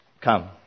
come